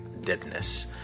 deadness